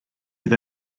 fydd